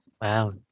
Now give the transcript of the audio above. Wow